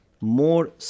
more